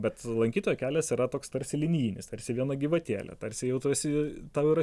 bet lankytojo kelias yra toks tarsi linijinis tarsi viena gyvatėlė tarsi jau tu esi tau yra